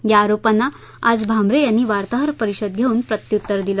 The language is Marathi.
या आरोपांना आज भामरे यांनी वार्ताहर परिषद घेऊन प्रत्युत्तर दिलं